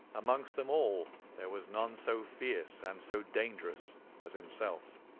amongst them all there was none so fierce and so dangerous as himself.